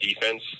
defense